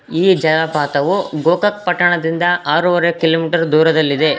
ಈ ಜಲಪಾತವು ಗೋಕಾಕ್ ಪಟ್ಟಣದಿಂದ ಆರುವರೆ ಕಿಲೊಮೀಟರ್ ದೂರದಲ್ಲಿದೆ